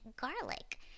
garlic